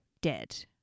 dead